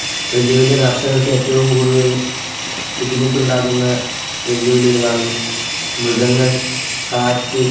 വലിയ വലിയ കർഷകർക്ക് ഏറ്റവും കൂടുതല് ബുദ്ധിമുട്ടുണ്ടാക്കുന്ന വെല്ലുവിളികളാണ് മൃഗങ്ങൾ കാറ്റ്